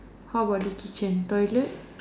how about the kitchen toilet